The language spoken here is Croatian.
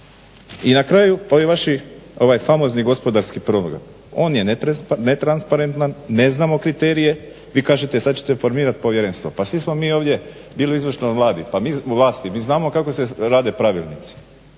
I na kraju ovi vaši, ovaj famozni gospodarski program on je netransparentan, ne znamo kriterije. Vi kažete sad ćete formirat povjerenstvo. Pa svi smo mi ovdje bili u izvršnoj vlasti. Mi znamo kako se rade pravilnici.